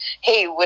hey